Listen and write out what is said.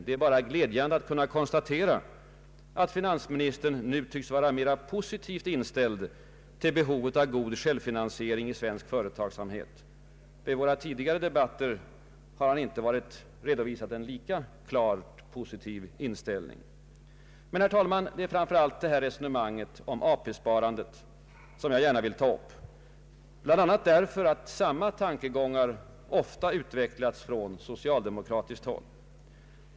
Det är bara glädjande att kunna konstatera att finansministern nu tycks vara mera positivt inställd till behovet av god självfinansiering i svensk företagsamhet. I våra tidigare debatter har han inte redovisat en lika klart positiv inställning. Herr talman! Jag vill framför allt gärna ta upp resonemanget om AP sparandet, bl.a. för att samma tankegångar ofta utvecklats från socialdemokratiskt håll.